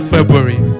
February